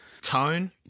Tone